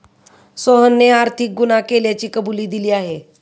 सोहनने आर्थिक गुन्हा केल्याची कबुली दिली आहे